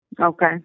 Okay